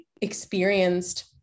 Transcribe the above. experienced